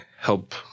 help